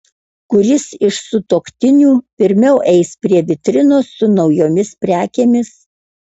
kuris iš sutuoktinių pirmiau eis prie vitrinos su naujomis prekėmis